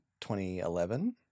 2011